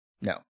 No